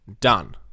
done